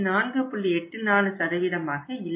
84 ஆக இல்லை